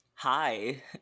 hi